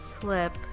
slip